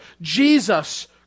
Jesus